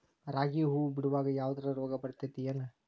ರಾಗಿ ಹೂವು ಬಿಡುವಾಗ ಯಾವದರ ರೋಗ ಬರತೇತಿ ಏನ್?